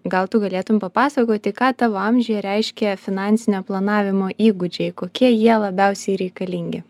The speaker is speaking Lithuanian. gal tu galėtum papasakoti ką tavo amžiuje reiškia finansinio planavimo įgūdžiai kokie jie labiausiai reikalingi